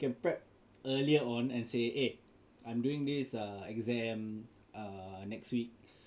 you can prep earlier on and say eh I'm doing this err exam err next week